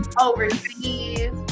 overseas